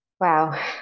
Wow